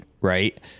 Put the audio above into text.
right